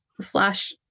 slash